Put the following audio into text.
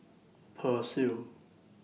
Persil